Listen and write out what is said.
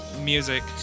music